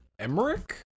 emmerich